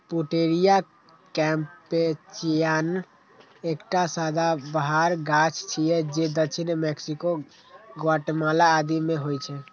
Pouteria campechiana एकटा सदाबहार गाछ छियै जे दक्षिण मैक्सिको, ग्वाटेमाला आदि मे होइ छै